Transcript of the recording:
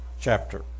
chapter